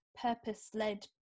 purpose-led